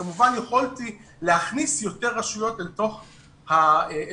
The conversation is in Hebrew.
כמובן יכולתי להכניס יותר רשויות אל תוך החלוקה.